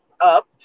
up